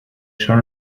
son